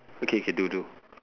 okay okay do do